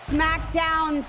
SmackDown